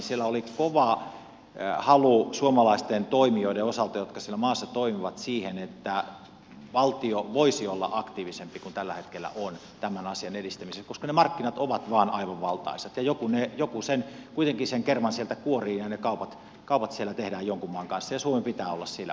siellä oli kova halu suomalaisten toimijoiden osalta jotka siellä maassa toimivat siihen että valtio voisi olla aktiivisempi kuin tällä hetkellä on tämän asian edistämiseksi koska ne markkinat ovat vain aivan valtaisat ja joku kuitenkin sen kerman sieltä kuorii ja ne kaupat siellä tehdään jonkun maan kanssa ja suomen pitää olla siinä mukana